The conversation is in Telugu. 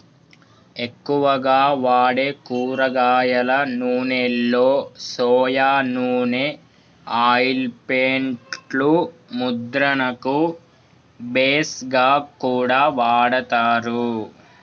ఎక్కువగా వాడే కూరగాయల నూనెలో సొయా నూనె ఆయిల్ పెయింట్ లు ముద్రణకు బేస్ గా కూడా వాడతారు